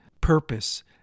purpose